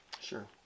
Sure